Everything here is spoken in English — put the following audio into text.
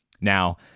Now